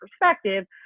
perspective